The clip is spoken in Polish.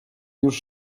już